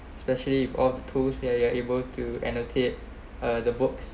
especially with all the tools ya you are able to annotate uh the books